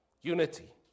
Unity